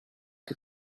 che